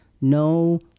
no